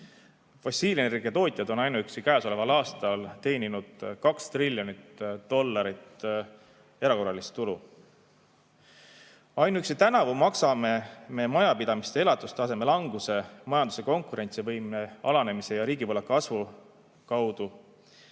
Fossiilenergia tootjad on ainuüksi käesoleval aastal teeninud 2 triljonit dollarit erakorralist tulu. Ainuüksi tänavu maksame me majapidamiste elatustaseme languse, majanduse konkurentsivõime alanemise ja riigivõla kasvu kaudu